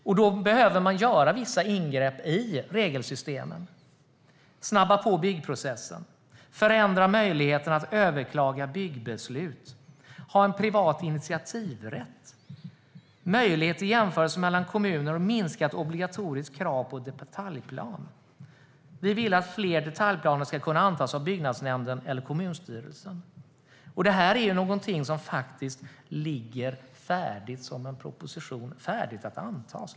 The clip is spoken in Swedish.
Därför behöver man göra vissa ingrepp i regelsystemen, snabba på byggprocessen, förändra möjligheten att överklaga byggbeslut, ha en privat initiativrätt, möjlighet till jämförelse mellan kommuner och minskade obligatoriska krav på detaljplan. Vi vill att fler detaljplaner ska kunna antas av byggnadsnämnden eller kommunstyrelsen, och det är någonting som finns i en proposition färdig att antas.